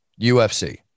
UFC